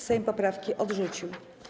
Sejm poprawki odrzucił.